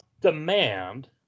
demand